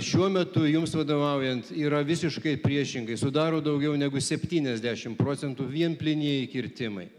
šiuo metu jums vadovaujant yra visiškai priešingai sudaro daugiau negu septyniasdešim procentų vien plynieji kirtimai